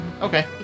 Okay